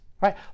right